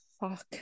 fuck